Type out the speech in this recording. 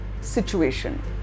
situation